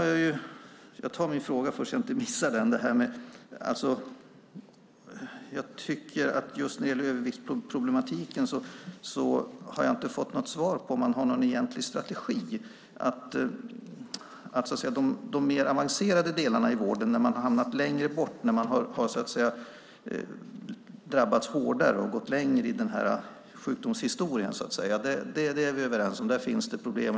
Jag tar min fråga nu, så att jag inte missar den. Jag tycker inte att jag har fått något svar på om man har någon egentlig strategi för överviktsproblematiken. För de mer avancerade delarna i vården, när man har drabbats hårdare och gått längre och har hamnat längre bort i sjukdomshistorien är vi överens om att det finns problem.